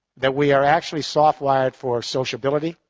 that we are actually soft-wired for sociability,